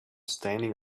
standing